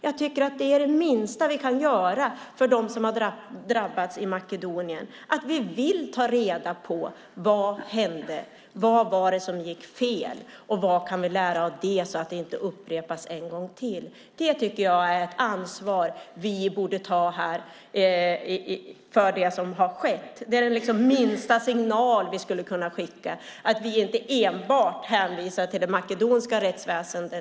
Jag tycker att det är det minsta vi kan göra för dem som har drabbats i Makedonien. Det handlar om att vi vill ta reda på vad som hände. Vad var det som gick fel? Och vad kan vi lära av det, så att det inte upprepas en gång till? Det tycker jag är ett ansvar som vi borde ta när det gäller det som har skett. Det är den minsta signal som vi skulle kunna skicka, så att vi inte enbart hänvisar till det makedonska rättsväsendet.